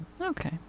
Okay